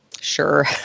sure